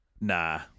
Nah